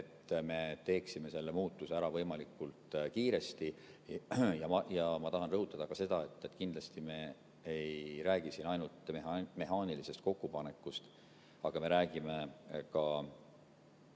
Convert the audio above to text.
et me teeksime selle muutuse ära võimalikult kiiresti. Ma tahan rõhutada ka seda, et kindlasti me ei räägi siin ainult mehaanilisest kokkupanekust. Me räägime ka